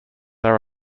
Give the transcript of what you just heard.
are